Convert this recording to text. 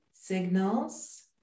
signals